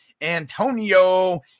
Antonio